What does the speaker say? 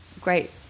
great